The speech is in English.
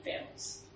families